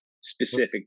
specific